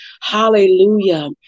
Hallelujah